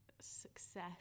success